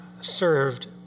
served